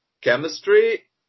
chemistry